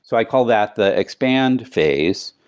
so i call that the expand phase.